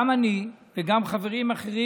גם אני וגם חברים אחרים,